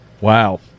Wow